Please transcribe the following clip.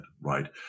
right